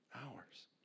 Hours